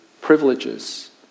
privileges